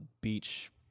beach